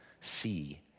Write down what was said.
see